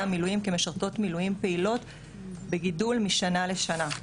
מילואים כמשרתות מילואים פעילות בגידול משנה לשנה.